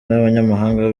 n’abanyamahanga